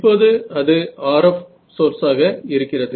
இப்போது அது RF சோர்ஸாக இருக்கிறது